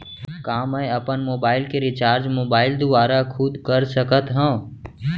का मैं अपन मोबाइल के रिचार्ज मोबाइल दुवारा खुद कर सकत हव?